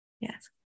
Yes